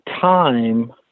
time